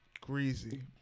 Greasy